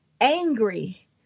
angry